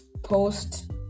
Post